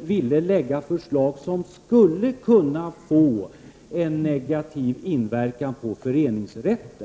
ville lägga fram förslag som skulle kunna få en negativ inverkan på föreningsrätten.